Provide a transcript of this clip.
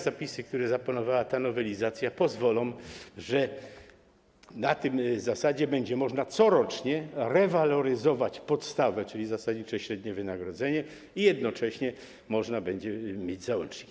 Zapisy, które zaproponowała ta nowelizacja, pozwolą na to, że na tej zasadzie będzie można corocznie rewaloryzować podstawę, czyli zasadnicze średnie wynagrodzenie, i jednocześnie można będzie mieć załącznik.